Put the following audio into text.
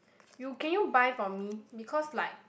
you can you buy for me because like